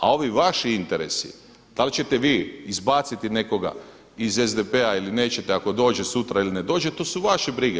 A ovi vaši interesi, dal ćete vi izbaciti nekoga iz SDP-a ili nećete ako dođe sutra ili ne dođe, to su vaše brige.